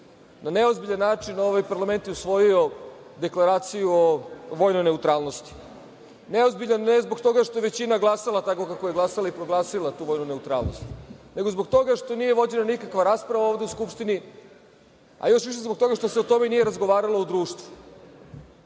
na neozbiljan način ovaj parlament je usvojio Deklaraciju o vojnoj neutralnosti. Neozbiljan ne zbog toga što je većina glasala tako kako je glasala i proglasila tu vojnu neutralnost, nego zbog toga što nije vođena nikakva rasprava ovde u Skupštini, a još više zbog toga što se o tome nije razgovaralo u društvu.